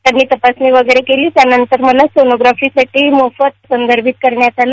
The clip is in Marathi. त्यांनी तपासणी केली त्यानंतर मला सोनोग्राफी मोफत संदर्भित करण्यात आलं